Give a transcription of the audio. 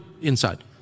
inside